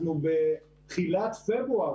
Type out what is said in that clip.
אנחנו בתחילת פברואר